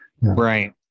Right